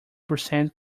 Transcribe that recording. percent